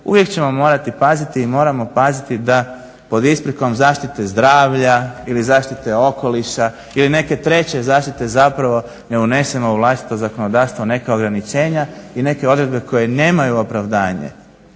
uvijek ćemo morati paziti i moramo paziti da pod isprikom zaštite zdravlja, ili zaštite okoliša ili neke treće zaštite zapravo ne unesemo u vlastito zakonodavstvo neka ograničenja i neke odredbe koje nemaju opravdanje